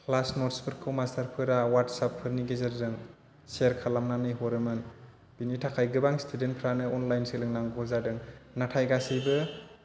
class नटसफोरखौ मास्टारफोरा वाट्सएपफोरनि गेजेरजों सेयार खालामनानै हरोमोन बेनि थाखाय गोबां स्टुडेन्टफ्रानो अनलाइन सोलोंनांगौ जादों नाथाय गासैबो